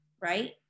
right